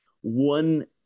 one